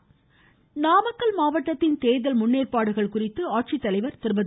voice இதனிடையே நாமக்கல் மாவட்டத்தில் தேர்தல் முன்னேற்பாடுகள் குறித்து ஆட்சித்தலைவர் திருமதி